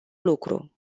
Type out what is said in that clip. lucru